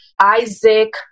ISAAC